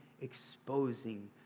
exposing